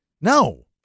No